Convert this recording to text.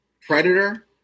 Predator